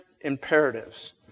imperatives